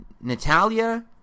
Natalia